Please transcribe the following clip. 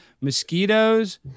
Mosquitoes